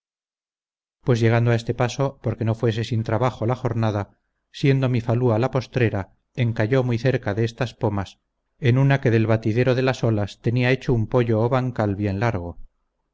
pues llegando a este paso porque no fuese sin trabajo la jornada siendo mi falúa la postrera encalló muy cerca de estas pomas en una que del batidero de las olas tenía hecho un poyo o bancal bien largo